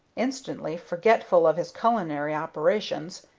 instantly forgetful of his culinary operations,